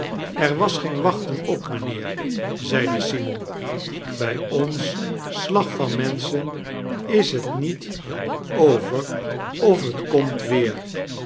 er was geen wachten op mijnheer zeide simon by ons slag van menschen is het niet over of het komt weer